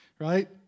right